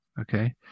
Okay